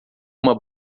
uma